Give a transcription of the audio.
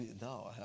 no